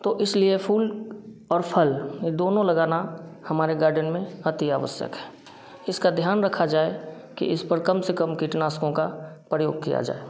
तो इसलिए फूल और फ़ल ये दोनों लगाना हमारे गार्डन में अतिआवश्यक है इसका ध्यान रखा जाए कि इस पर कम से कम कीटनाशकों का प्रयोग किया जाए